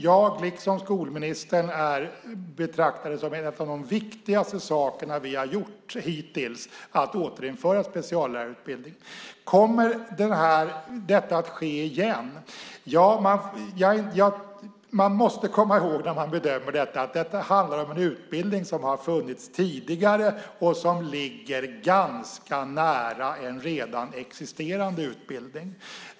Jag, liksom skolministern, betraktar återinförandet av speciallärarutbildningen som en av de viktigaste saker vi hittills gjort. Kommer detta att ske igen? Man måste komma ihåg när man bedömer det att det handlar om en utbildning som funnits tidigare och som ligger ganska nära en redan existerande utbildning.